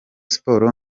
sports